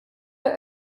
der